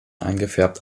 eingefärbt